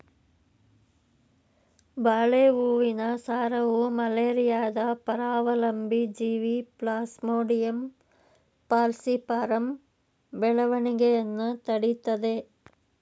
ಬಾಳೆ ಹೂವಿನ ಸಾರವು ಮಲೇರಿಯಾದ ಪರಾವಲಂಬಿ ಜೀವಿ ಪ್ಲಾಸ್ಮೋಡಿಯಂ ಫಾಲ್ಸಿಪಾರಮ್ ಬೆಳವಣಿಗೆಯನ್ನು ತಡಿತದೇ